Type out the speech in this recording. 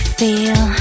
feel